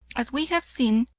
as we have seen,